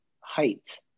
height